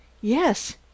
Yes